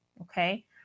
okay